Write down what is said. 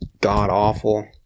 god-awful